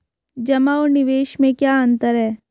जमा और निवेश में क्या अंतर है?